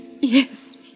Yes